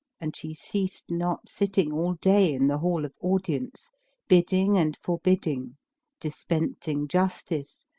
and she ceased not sitting all day in the hall of audience bidding and forbidding dispensing justice,